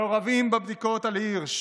מעורבים בבדיקות על הירש